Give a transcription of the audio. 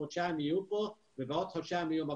חודש הם בלי מעמד --- יש לנו קשר עם העולים,